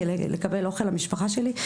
כי לקבל אוכל למשפחה שלי?